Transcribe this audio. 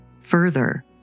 Further